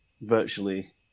virtually